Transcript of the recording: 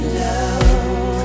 love